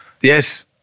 Yes